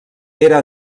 era